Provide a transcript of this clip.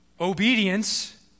Obedience